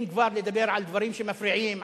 אם כבר לדבר על דברים שמפריעים,